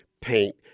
paint